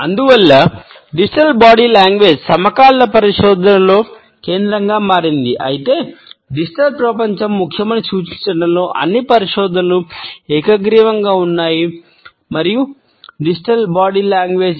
అందువల్ల డిజిటల్ పై మనకున్న అవగాహన కూడా అంతే